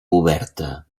oberta